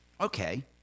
Okay